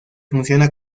funciona